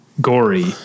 gory